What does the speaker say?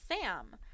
Sam